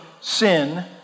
sin